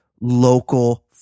local